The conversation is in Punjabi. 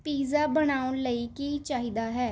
ਪੀਜ਼ਾ ਬਣਾਉਣ ਲਈ ਕੀ ਚਾਹੀਦਾ ਹੈ